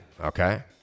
Okay